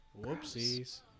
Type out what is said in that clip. Whoopsies